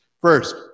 First